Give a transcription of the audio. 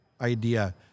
idea